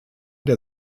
der